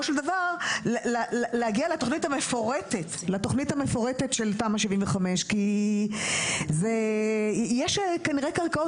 להגיע לתוכנית המפורטת של תמ"א 75. יש כנראה קרקעות